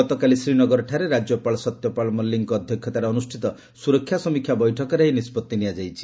ଗତକାଲି ଶ୍ରୀନଗରଠାରେ ରାଜ୍ୟପାଳ ସତ୍ୟପାଳ ମଲିକ୍ଙ୍କ ଅଧ୍ୟକ୍ଷତାରେ ଅନୁଷ୍ଠିତ ସୁରକ୍ଷା ସମୀକ୍ଷା ବୈଠକରେ ଏହି ନିଷ୍ପଭି ନିଆଯାଇଛି